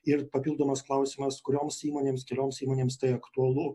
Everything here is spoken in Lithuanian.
ir papildomas klausimas kurioms įmonėms kelioms įmonėms tai aktualu